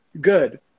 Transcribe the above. Good